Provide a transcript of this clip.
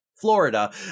Florida